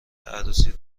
عروسی